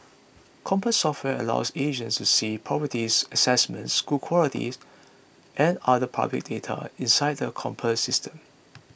compass software allows agents to see properties assessments school quality and other public data inside the Compass System